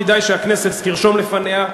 כדאי שהכנסת תרשום לפניה,